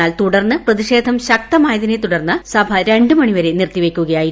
എന്നാൽ തുടർന്ന് പ്രതിഷേധം ശക്തമായതിനെ തുടർന്ന് സഭ രണ്ട് മണിവരെ നിർത്തിവയ്ക്കുകയായിരുന്നു